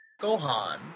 Gohan